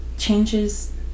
Changes